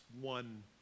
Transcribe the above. one